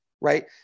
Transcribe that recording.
right